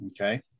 Okay